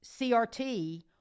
CRT